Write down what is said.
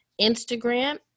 Instagram